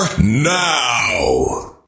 NOW